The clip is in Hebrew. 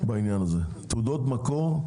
נחייב תעודות מקור,